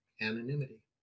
anonymity